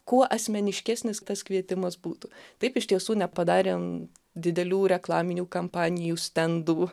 kuo asmeniškesnis tas kvietimas būtų taip iš tiesų nepadarėm didelių reklaminių kampanijų stendų